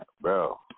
bro